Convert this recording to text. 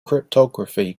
cryptography